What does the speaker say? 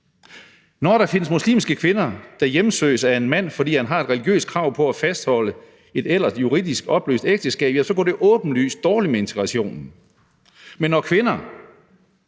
Når der findes muslimske kvinder, der hjemsøges af en mand, fordi han har et religiøst krav på at fastholde et ellers juridisk opløst ægteskab, ja, så går det åbenlyst dårligt med integrationen, men når kvinder